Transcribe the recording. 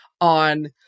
on